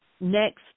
next